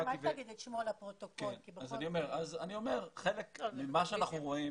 חלק ממה שאנחנו רואים